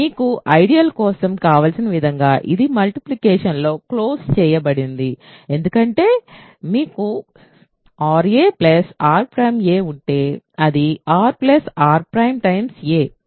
మీకు ఐడియల్ కోసం కావలసిన విధంగా ఇది మల్టిప్లికేషన్ లో క్లోజ్ చేయబడింది ఎందుకంటే మీకు ra r | a ఉంటే అది r r | a